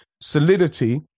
solidity